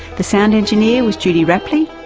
the sound engineer was judy rapley,